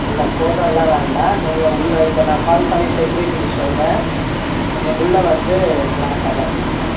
இல்லை போட்டோலாம் வேண்டாம் நீங்கள் உள்ளே இப்போ நான் கால் பண்ணி செக்யூரிட்டிகு சொல்றேன் நீங்கள் உள்ளே வந்து கிளாஸ் அட்டன்ட் பண்ணலாம்